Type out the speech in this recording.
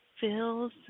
fills